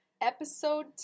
Episode